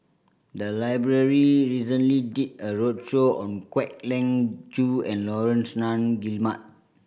the library recently did a roadshow on Kwek Leng Joo and Laurence Nunn Guillemard